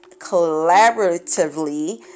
collaboratively